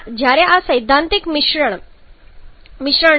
જ્યારે આ સૈદ્ધાંતિક મિશ્રણ છે